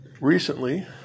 recently